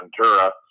Ventura